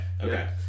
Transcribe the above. okay